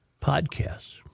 podcasts